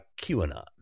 QAnon